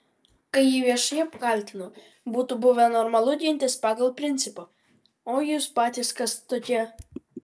kai jį viešai apkaltino būtų buvę normalu gintis pagal principą o jūs patys kas tokie